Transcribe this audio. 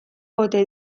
ote